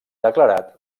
declarat